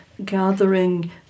gathering